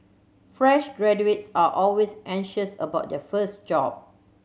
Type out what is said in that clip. fresh graduates are always anxious about their first job